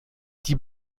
die